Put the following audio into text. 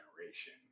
generation